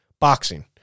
boxing